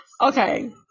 Okay